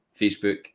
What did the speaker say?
Facebook